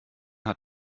hat